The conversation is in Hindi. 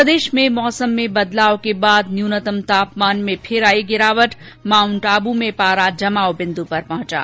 प्रदेश में मौसम के बदलाव के बाद न्यूनतम तापमान में गिरावट आई माउंट आबू में पारा फिर जमाव बिंदु पर पहुंचा